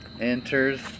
Enters